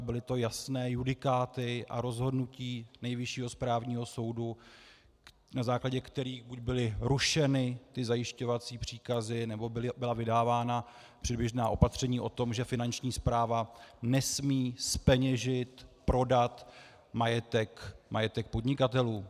Byly to jasné judikáty a rozhodnutí Nejvyššího správního soudu, na základě kterých buď byly rušeny ty zajišťovací příkazy, nebo byla vydávána předběžná opatření o tom, že Finanční správa nesmí zpeněžit, prodat majetek podnikatelů.